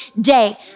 day